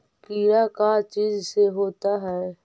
कीड़ा का चीज से होता है?